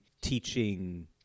teaching